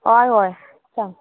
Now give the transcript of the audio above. हय हय सांग